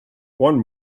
one